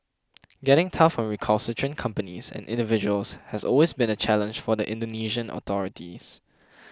getting tough on recalcitrant companies and individuals has always been a challenge for the Indonesian authorities